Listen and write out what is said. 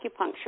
acupuncture